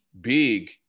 big